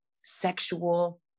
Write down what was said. sexual